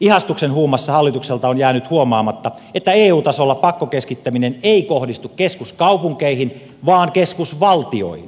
ihastuksen huumassa hallitukselta on jäänyt huomaamatta että eu tasolla pakkokeskittäminen ei kohdistu keskuskaupunkeihin vaan keskusvaltioihin